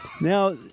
Now